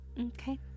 Okay